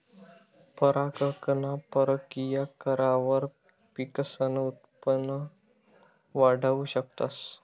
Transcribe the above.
परागकण परकिया करावर पिकसनं उत्पन वाढाऊ शकतस